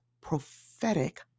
prophetic